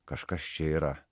kažkas čia yra